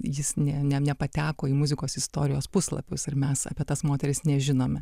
jis nepateko į muzikos istorijos puslapius ir mes apie tas moteris nežinome